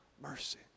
mercy